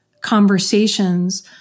conversations